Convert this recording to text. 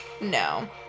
No